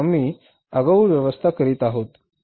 म्हणून आम्ही आगाऊ व्यवस्था करीत आहोत